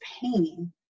pain